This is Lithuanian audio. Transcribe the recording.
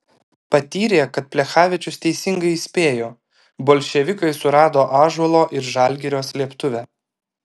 patyrė kad plechavičius teisingai įspėjo bolševikai surado ąžuolo ir žalgirio slėptuvę